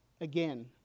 Again